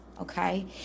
Okay